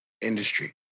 industry